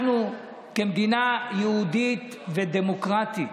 אנחנו, כמדינה יהודית ודמוקרטית,